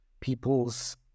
people's